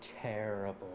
terrible